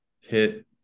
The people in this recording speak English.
hit